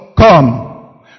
Come